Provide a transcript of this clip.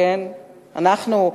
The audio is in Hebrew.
אנחנו,